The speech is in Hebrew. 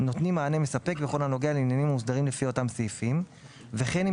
נותנים מענה מספק בכל הנוגע לעניינים המוסדרים לפי אותם סעיפים וכן אם